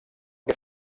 que